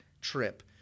trip